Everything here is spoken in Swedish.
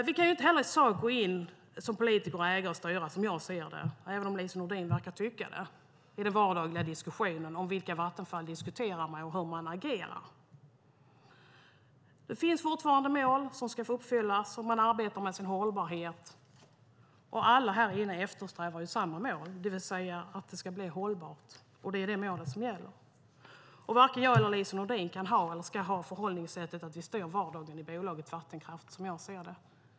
Vi kan inte heller som politiker och ägare i sak gå in och styra, även om Lise Nordin verkar tycka det, i den vardagliga diskussionen om vilka Vattenfall diskuterar med och hur man agerar. Det finns fortfarande mål som ska uppfyllas, och man arbetar med sin hållbarhet. Och alla här inne eftersträvar ju samma mål, det vill säga att det ska bli hållbart. Det är det mål som gäller. Varken jag eller Lise Nordin kan eller ska ha förhållningssättet att det är vi som styr vardagen i bolaget Vattenfall, som jag ser det.